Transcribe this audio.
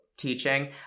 teaching